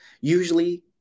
usually